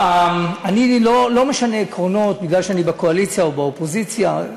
אני לא משנה עקרונות מפני שאני בקואליציה או באופוזיציה.